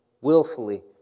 willfully